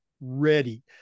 Ready